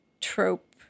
trope